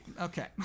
Okay